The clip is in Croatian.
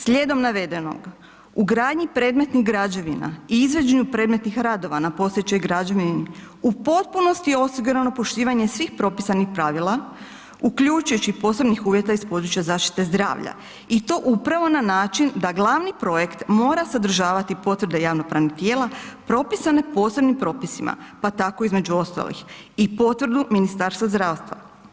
Slijedom navedenog, u gradnji predmetnih građevina i izvođenju predmetnih radova na postojećoj građevini, u potpunosti je osigurano poštivanje svih propisanih pravila uključujući posebnih uvjeta iz područja zaštite zdravlja i to upravo na način da glavni projekt mora sadržavati potvrde javno-pravnih tijela propisane posebnim propisima pa tako između ostalih i potvrdu Ministarstva zdravstva.